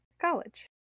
college